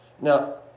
Now